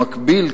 במקביל,